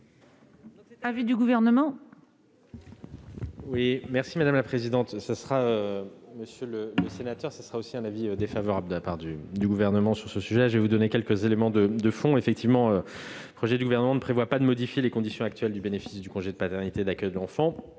l'avis du Gouvernement ?